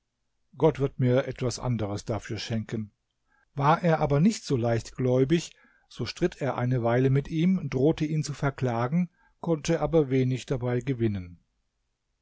gott wird mir etwas anderes dafür schenken war er aber nicht so leichtgläubig so stritt er eine weile mit ihm drohte ihn zu verklagen konnte aber wenig dabei gewinnen